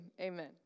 amen